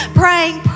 praying